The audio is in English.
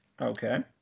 Okay